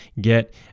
get